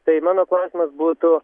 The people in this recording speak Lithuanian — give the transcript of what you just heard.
tai mano klausimas būtų